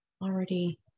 already